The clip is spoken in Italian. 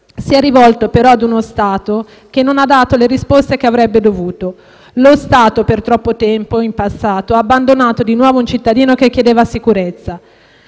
Si è rivolto però a uno Stato che non ha dato le risposte che avrebbe dovuto. Lo Stato, come ha fatto per troppo tempo in passato, ha abbandonato di nuovo un cittadino che chiedeva sicurezza.